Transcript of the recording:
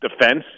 defense